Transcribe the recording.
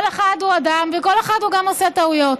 כל אחד הוא אדם וכל אחד גם עושה טעויות.